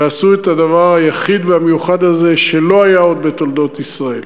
ועשו את הדבר היחיד והמיוחד הזה שלא היה עוד בתולדות ישראל.